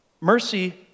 Mercy